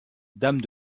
dame